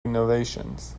renovations